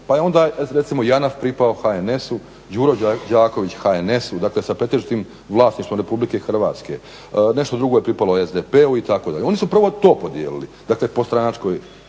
pa je onda recimo JANAF pripao HNS-u, Đuro Đaković HNS-u, dakle sa pretežitim vlasništvom RH. Nešto drugo je pripalo SDP-u i tako dalje. Oni su prvo to podijelili, dakle po stranačkoj